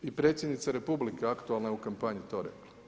I Predsjednica Republike aktualna je u kampanji to rekla.